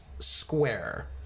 square